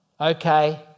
Okay